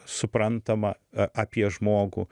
suprantama apie žmogų